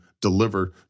deliver